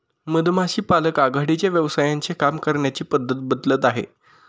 मधमाशी पालक आघाडीच्या व्यवसायांचे काम करण्याची पद्धत बदलत आहे